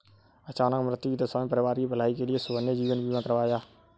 अचानक मृत्यु की दशा में परिवार की भलाई के लिए सोहन ने जीवन बीमा करवाया